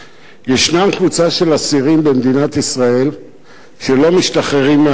ישנה קבוצה של אסירים במדינת ישראל שלא משתחררים מהכלא,